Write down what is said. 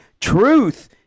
Truth